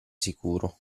sicuro